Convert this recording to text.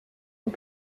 und